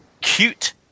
cute